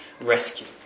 rescue